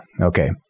okay